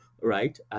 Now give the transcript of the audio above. right